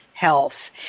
health